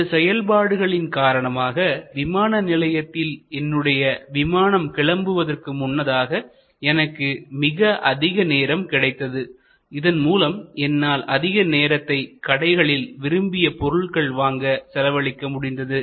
இந்த செயல்பாடுகளின் காரணமாக விமான நிலையத்தில்என்னுடைய விமானம் கிளம்புவதற்கு முன்னதாக எனக்குமிக அதிக நேரம் கிடைத்தது இதன் மூலம் என்னால் அதிக நேரத்தை கடைகளில் விரும்பிய பொருள்கள் வாங்க செலவழிக்க முடிந்தது